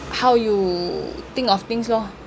how you think of things lor